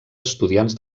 estudiants